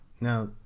Now